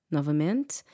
Novamente